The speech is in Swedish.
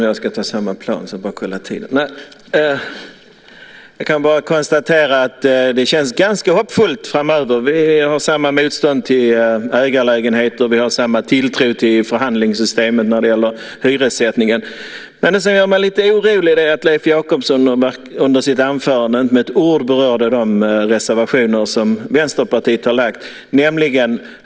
Herr talman! Det känns ganska hoppfullt framöver. Vi har samma motstånd till ägarlägenheter. Vi har samma tilltro till förhandlingssystemet när det gäller hyressättningen. Men det som gör mig lite orolig är att Leif Jakobsson under sitt anförande inte med ett ord berörde de reservationer som Vänsterpartiet har avgett.